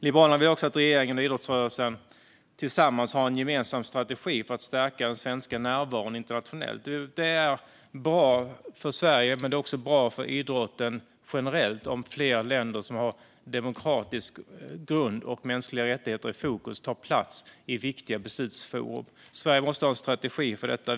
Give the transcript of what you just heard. Liberalerna vill också att regeringen och idrottsrörelsen ska ha en gemensam strategi för att stärka den svenska närvaron internationellt. Det är bra för Sverige men också för idrotten generellt om fler länder som har demokratisk grund och mänskliga rättigheter i fokus tar plats i viktiga beslutsforum. Sverige måste ha en strategi för detta.